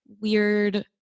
weird